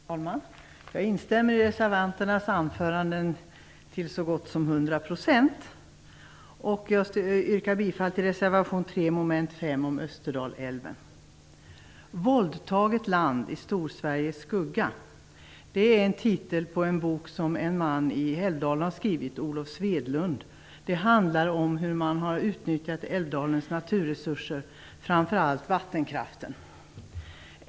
Herr talman! Jag instämmer i reservanternas anföranden till så gott som hundra procent. Jag yrkar bifall till reservation 3, mom. 5, om Österdalälven. Våldtaget land i Storsveriges skugga är titeln på en bok som en man i Älvdalen har skrivit, Olov Svedlund. Den handlar om hur man har utnyttjat Älvdalens naturresurser, framför allt vattenkraften.